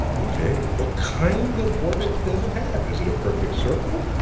okay? what kind of orbit does it have? is it a perfect circle?